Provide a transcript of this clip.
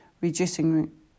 reducing